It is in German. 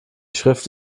schrift